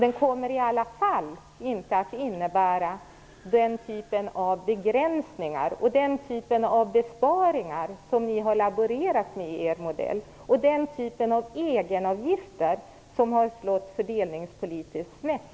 Det kommer i varje fall inte att innebära den typ av begränsningar och besparingar som ni har laborerat med i er modell och den typ av egenavgifter som har slagit fördelningspolitiskt snett.